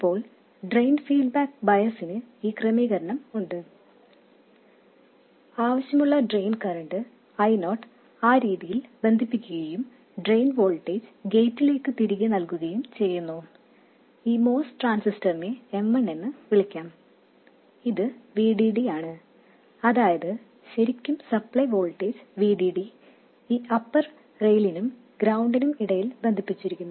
ഇപ്പോൾ drain feedback ബയസിന് ഈ ക്രമീകരണം ഉണ്ട് ആവശ്യമുള്ള ഡ്രെയിൻ കറന്റ് I0 ആ രീതിയിൽ ബന്ധിപ്പിക്കുകയും ഡ്രെയിൻ വോൾട്ടേജ് ഗേറ്റിലേക്ക് തിരികെ നൽകുകയും ചെയ്യുന്നു ഈ MOS ട്രാൻസിസ്റ്ററിനെ M1 എന്ന് വിളിക്കട്ടെ ഇത് VDD ആണ് അതായത് ശരിക്കും സപ്ലേ വോൾട്ടേജ് VDD ഈ അപ്പർ റെയിലിനും ഗ്രൌണ്ടിനും ഇടയിൽ ബന്ധിപ്പിച്ചിരിക്കുന്നു